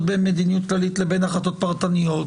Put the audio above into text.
בין מדיניות כללית לבין החלטות פרטניות,